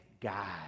God